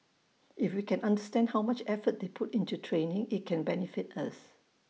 if we can understand how much effort they put into training IT can benefit us